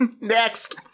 Next